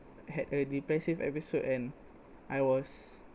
had a depressive episode and I was